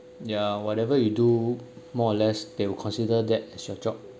ya whatever you do more or less they will consider that as your job so